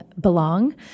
belong